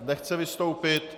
Nechce vystoupit.